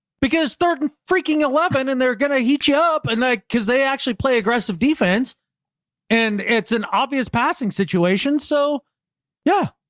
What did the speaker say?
because thirty freaking eleven and they're going to heat you up and they cause they actually play aggressive defense and it's an obvious passing situation. so yeah,